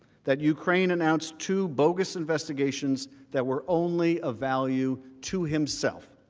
that ukraine announced two bogus investigations that were only of value to himself.